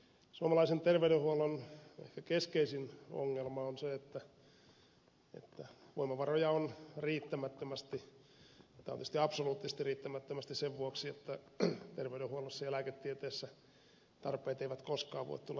suomalaisen terveydenhuollon ehkä keskeisin ongelma on se että voimavaroja on riittämättömästi tai oikeastaan absoluuttisesti riittämättömästi sen vuoksi että terveydenhuollossa ja lääketieteessä tarpeet eivät koskaan voi tulla tyydytetyiksi